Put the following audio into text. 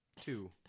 two